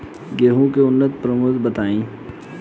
गेंहू के उन्नत प्रभेद बताई?